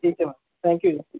ਠੀਕ ਹੈ ma'am thank you ਜੀ